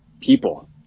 people